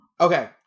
Okay